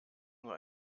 nur